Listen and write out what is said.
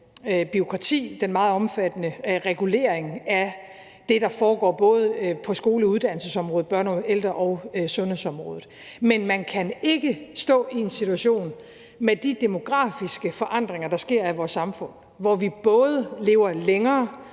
den meget omfattende regulering af det, der foregår på både skole- og uddannelsesområdet og børne-, ældre- og sundhedsområdet. Men man kan ikke stå i en situation med de demografiske forandringer, der sker, af vores samfund, hvor vi lever længere